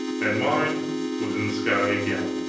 and mine was in the sky again.